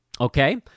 okay